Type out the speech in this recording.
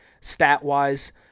stat-wise